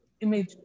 image